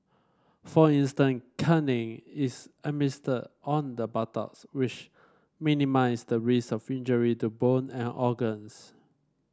for instance caning is administered on the buttocks which minimise the risk of injury to bone and organs